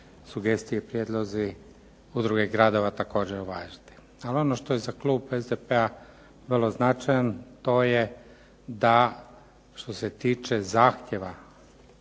sugestije i prijedlozi udruge i gradova također uvažiti. Ali ono što je za klub SDP-a vrlo značajan to je da što se tiče zahtjeva